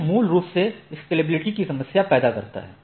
यह मूल रूप से स्केलेबिलिटी में समस्या पैदा करता है